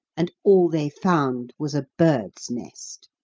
and all they found was a bird's nest